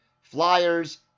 Flyers